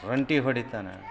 ರಂಟೆ ಹೊಡಿತಾನೆ